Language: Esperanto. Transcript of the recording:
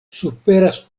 superas